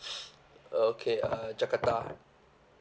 okay uh jakarta